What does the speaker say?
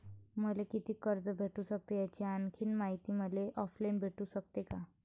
मले कितीक कर्ज भेटू सकते, याची आणखीन मायती मले ऑनलाईन भेटू सकते का?